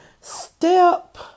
Step